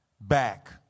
back